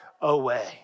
away